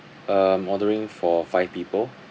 um ordering for five people